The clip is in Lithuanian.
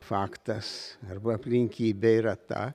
faktas arba aplinkybė yra ta